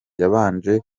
yabanje